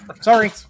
Sorry